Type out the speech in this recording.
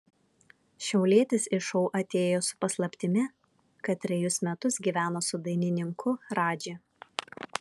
šiaulietis į šou atėjo su paslaptimi kad trejus metus gyveno su dainininku radži